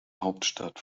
hauptstadt